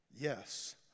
yes